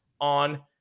on